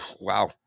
wow